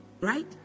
right